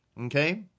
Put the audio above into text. okay